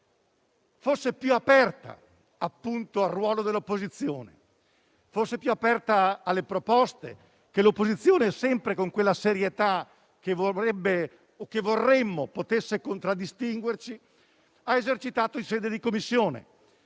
fosse più aperta al ruolo dell'opposizione, fosse più aperta alle proposte che l'opposizione, sempre con quella serietà che vorremmo potesse contraddistinguerci, ha esercitato in sede di Commissione.